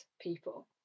people